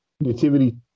Nativity